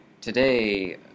today